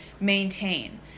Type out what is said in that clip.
maintain